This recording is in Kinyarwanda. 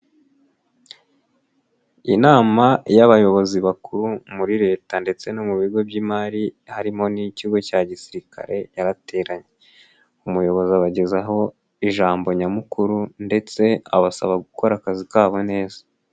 Inama y'abayobozi bakuru muri Leta ndetse no mu bigo by'imari harimo n'ikigo cya gisirikare yarateranye, umuyobozi abagezaho ijambo nyamukuru ndetse abasaba gukora akazi kabo neza.